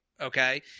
Okay